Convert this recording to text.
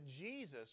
Jesus